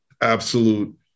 absolute